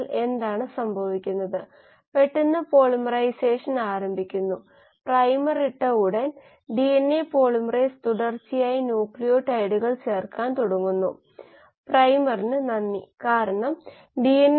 അതിനാൽ നമ്മൾ അത് പ്രത്യേകം എഴുതിയിട്ടുണ്ട് കൂടാതെ പൂജ്യം പൂജ്യം മൈനസ് ഒന്ന് പൂജ്യം പൂജ്യം ഒന്ന് ഇത് r 3 r 4 എന്നിവയുമായി യോജിക്കുന്നു അതിനാൽ നമ്മൾ അവയെ പൂജ്യം പൂജ്യം പൂജ്യം എന്നിങ്ങനെ പ്രത്യേകം എഴുതിയിട്ടുണ്ട്